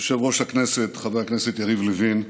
יושב-ראש הכנסת חבר הכנסת יריב לוין,